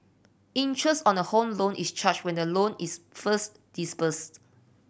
interest on a Home Loan is charged when the loan is first disbursed